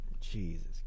Jesus